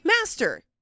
master